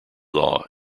law